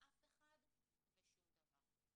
אף אחד ושום דבר.